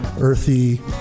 earthy